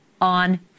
on